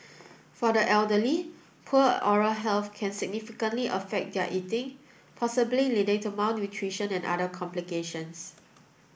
for the elderly poor oral health can significantly affect their eating possibly leading to malnutrition and other complications